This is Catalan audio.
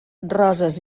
roses